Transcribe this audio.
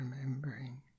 Remembering